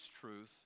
truth